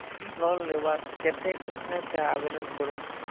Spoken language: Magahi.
लोन लुबार केते कुनियाँ से आवेदन करूम?